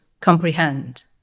comprehend